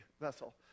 vessel